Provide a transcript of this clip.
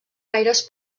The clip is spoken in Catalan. gaires